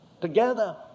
together